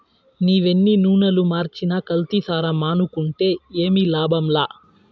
నీవెన్ని నూనలు మార్చినా కల్తీసారా మానుకుంటే ఏమి లాభంలా